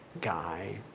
guy